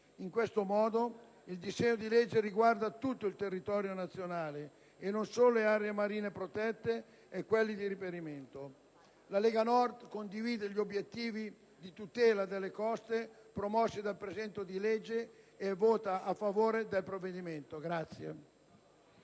In questo modo, il disegno di legge riguarda tutto il territorio nazionale e non solo le aree marine protette e quelle di reperimento. La Lega Nord condivide gli obiettivi di tutela delle coste promossi dal presente disegno di legge e vota a favore del provvedimento.